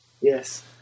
Yes